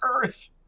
earth